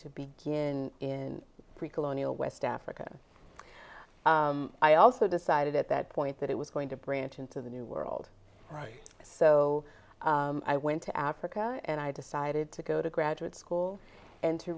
to begin in pre colonial west africa i also decided at that point that it was going to branch into the new world right so i went to africa and i decided to go to graduate school and to